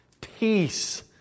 peace